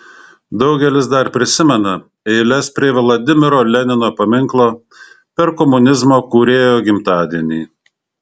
daugelis dar prisimena eiles prie vladimiro lenino paminklo per komunizmo kūrėjo gimtadienį